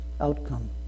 outcome